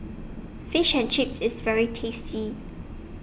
Fish and Chips IS very tasty